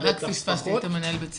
אתה היית מנהל בית ספר?